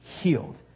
healed